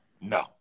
No